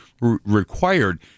required